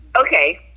Okay